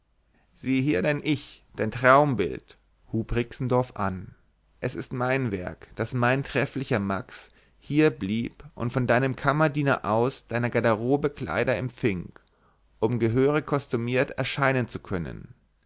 sieh hier dein ich dein traumbild hub rixendorf an es ist mein werk daß mein trefflicher max hier blieb und von deinem kammerdiener aus deiner garderobe kleider empfing um gehörig kostümiert erscheinen zu können